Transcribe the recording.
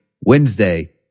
Wednesday